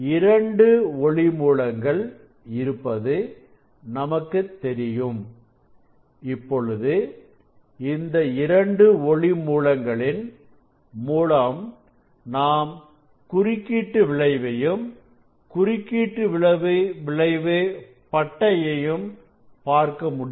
இரண்டு ஒளி மூலங்கள் இருப்பது நமக்கு தெரியும் இப்பொழுது இந்த இரண்டு ஒளி மூலங்களின் மூலம் நாம் குறுக்கீட்டு விளைவையும் குறுக்கீட்டு விளைவு பட்டையையும் பார்க்க முடியும்